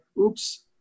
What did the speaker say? oops